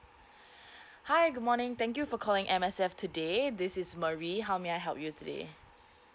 hi good morning thank you for calling M_S_F today this is marie how may I help you today